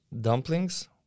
dumplings